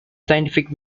scientific